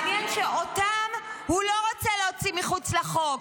מעניין שאותם הוא לא רוצה להוציא מחוץ לחוק.